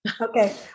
Okay